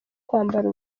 kwambara